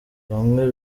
bamwe